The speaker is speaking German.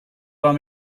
war